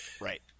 right